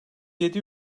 yedi